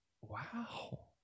Wow